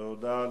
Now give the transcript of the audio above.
תודה.